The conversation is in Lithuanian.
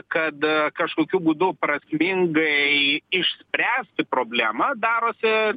kad kažkokiu būdu prasmingai išspręsti problemą darosi